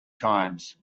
times